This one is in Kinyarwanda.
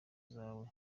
zawe